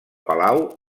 palau